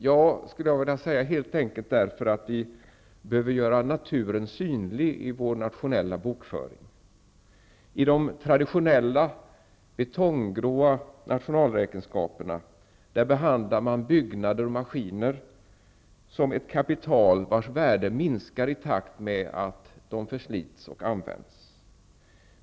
Jag skulle vilja säga att vi helt enkelt behöver göra naturen synlig i vår nationella bokföring. I de traditionella, betonggrå nationalräkenskaperna behandlar man byggnader och maskiner som ett kapital vars värde minskar i takt med att de förslits och används.